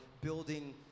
building